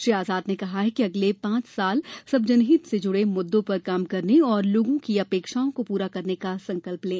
श्री आजाद ने कहा कि अगले पाँच साल सब जनहित से जुड़े मुद्दों पर काम करने और लोगों की अपेक्षाओं को पूरा करने का संकल्प लें